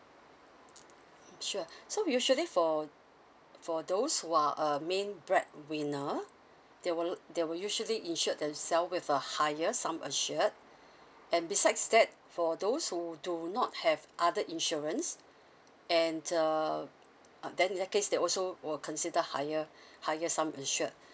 mm sure so usually for for those who are a main breadwinner they will they will usually insured them self with a higher sum assured and besides that for those who do not have other insurance and uh uh then in that case they also will consider higher higher sum insured